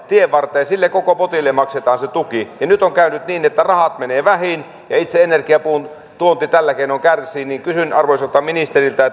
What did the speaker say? tienvarteen ja sille koko potille maksetaan se tuki nyt on käynyt niin että rahat menevät vähiin ja itse energiapuun tuonti tällä keinoin kärsii kysyn arvoisalta ministeriltä